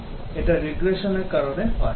এটা regression র কারণে হয়